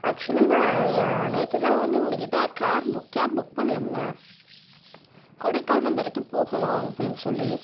actually நான் ஏன் நேற்று தான் வந்து உங்கள்கிட்ட கார் கேப் புக் பண்ணியிருந்தேன் கொடைக்கானல் வரைக்கும் போகணும் அப்படின்னு சொல்லி